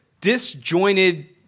disjointed